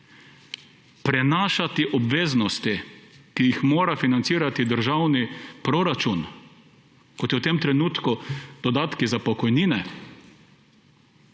prenašati obveznosti, ki jih mora financirati državni proračun, kot so v tem trenutku dodatki za pokojnine,